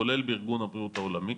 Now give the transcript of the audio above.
כולל בארגון הבריאות העולמי,